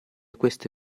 queste